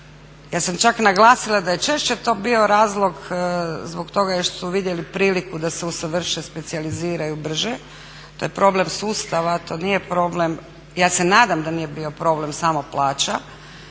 ja sam čak naglasila da je češće to bio razlog zbog toga što su vidjeli priliku da se usavrše, specijaliziraju brže, to je problem sustava, to nije problem, ja se nadam da nije bio problem samo plaća.